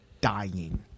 dying